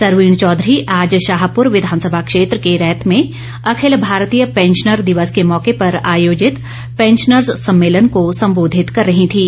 सरवीण चौधरी आज शाहपुर विधानसभा क्षेत्र के रैत में अखिल भारतीय पैंशनर दिवस के मौके पर आयोजित पैंशनर्ज सम्मेलन को संबोधित कर रही थीं